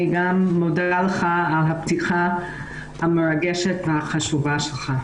גם מודה לך על הפתיחה המרגשת והחשובה שלך.